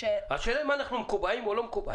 השאלה אם אנחנו מקובעים או לא מקובעים.